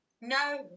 No